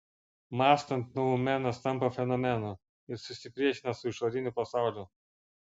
mąstant noumenas tampa fenomenu ir susipriešina su išoriniu pasauliu